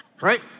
right